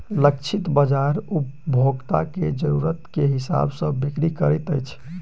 लक्षित बाजार उपभोक्ता के जरुरत के हिसाब सॅ बिक्री करैत अछि